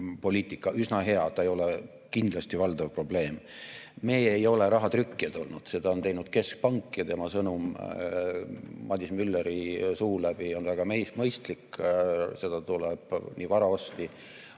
üsna hea, see ei ole kindlasti valdav probleem. Meie ei ole rahatrükkijad olnud, seda on teinud keskpank ja tema sõnum Madis Mülleri suu läbi on väga mõistlik. Nii varaostusid